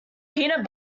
peanut